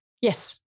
Yes